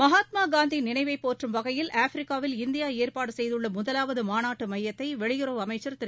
மகாத்மா காந்தி நினைவைப் போற்றும் வகையில் ஆஃப்ரிக்காவில் இந்தியா ஏற்பாடு செய்துள்ள முதலாவது மாநாட்டு எமயத்தை வெளியுறவு அமைச்சர் திரு